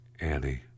Annie